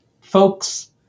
Folks